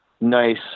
nice